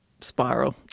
spiral